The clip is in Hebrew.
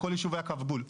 לכל יישובי קו הגבול.